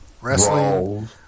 wrestling